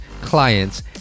clients